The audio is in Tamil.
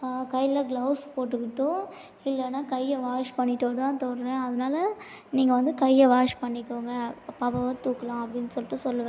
கையில க்ளவுஸ் போட்டுக்கிட்டும் இல்லைனா கையை வாஷ் பண்ணிட்டோ தான் தொடுகிறேன் அதனால நீங்கள் வந்து கையை வாஷ் பண்ணிக்கோங்க பாப்பாவை தூக்கலாம் அப்படின்னு சொல்லிட்டு சொல்லுவேன்